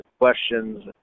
questions